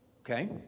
Okay